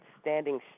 Standing